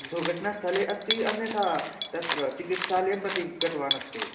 दुर्घटना स्थले अस्ति अन्यथा तत्र चिकित्सालयं प्रति गतवान् अस्ति